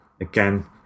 again